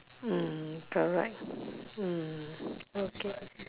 mm correct mm okay